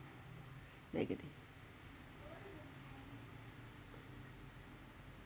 negative